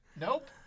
Nope